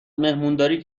مهمونداری